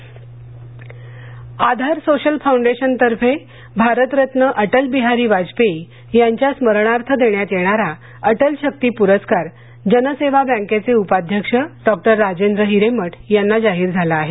आधार social foundation परस्कार आधार social foundation तर्फे भारतरत्न अटलबिहारी वाजपेयी यांच्या स्मरणार्थ देण्यात येणारा अटल शक्ती पुरस्कार जनसेवा बँकेये उपाध्यक्ष डॉक्टर राजेंद्र हिरेमठ यांना जाहीर झाला आहे